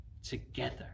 together